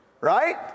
Right